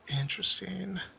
Interesting